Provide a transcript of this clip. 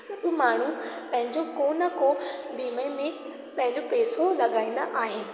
सभु माण्हू पंहिंजो को न को बीमे में पंहिंजो पैसो लॻाईंदा आहिनि